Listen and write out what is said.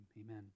Amen